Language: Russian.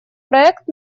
проект